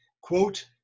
quote